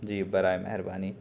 جی برائے مہربانی